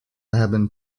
hebben